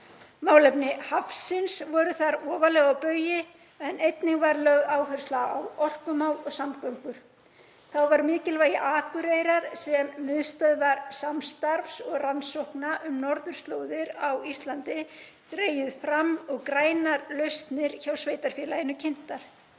Málefni hafsins voru þar ofarlega á baugi, en einnig var lögð áhersla á orkumál og samgöngur. Þá var mikilvægi Akureyrar sem miðstöðvar samstarfs og rannsókna um norðurslóðir á Íslandi dregið fram og grænar lausnir hjá sveitarfélaginu kynntar.